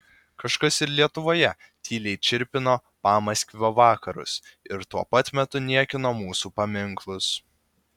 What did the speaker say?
kažkas ir lietuvoje tyliai čirpino pamaskvio vakarus ir tuo pat metu niekino mūsų paminklus